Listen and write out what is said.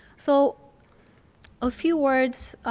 so a few words,